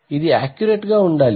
ఇది యాక్యురేట్ గా ఉండాలి